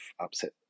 upset